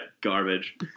garbage